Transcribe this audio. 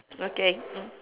okay